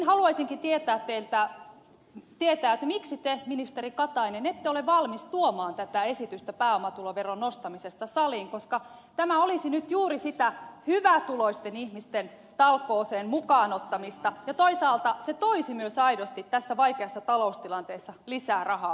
haluaisinkin tietää miksi te ministeri katainen ette ole valmis tuomaan tätä esitystä pääomatuloveron nostamisesta saliin koska tämä olisi nyt juuri sitä hyvätuloisten ihmisten talkooseen mukaan ottamista ja toisaalta se toisi myös aidosti tässä vaikeassa taloustilanteessa lisää rahaa valtion kirstuun